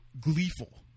gleeful